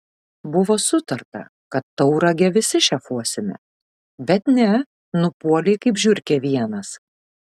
buvo sutarta kad tauragę visi šefuosime bet ne nupuolei kaip žiurkė vienas